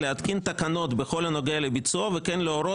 להתקין תקנות בכל הנוגע לביצועו וכן להורות